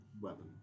weapon